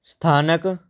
ਸਥਾਨਕ